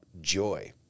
joy